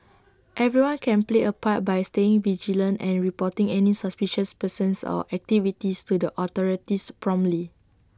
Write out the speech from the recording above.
everyone can play A part by staying vigilant and reporting any suspicious persons or activities to the authorities promptly